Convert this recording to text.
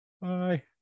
bye